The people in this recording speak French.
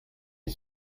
est